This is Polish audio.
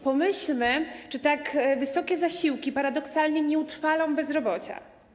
Pomyślmy, czy tak wysokie zasiłki paradoksalnie nie utrwalą bezrobocia.